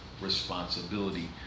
responsibility